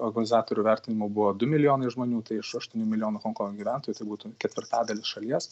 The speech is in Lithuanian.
organizatorių vertinimu buvo du milijonai žmonių tai iš aštuonių milijonų honkongo gyventojų tai būtų ketvirtadalis šalies